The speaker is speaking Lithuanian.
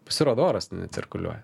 pasirodo oras necirkuliuoja